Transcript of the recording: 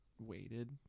waited